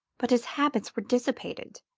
but his habits were dissipated,